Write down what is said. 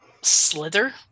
slither